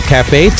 Cafe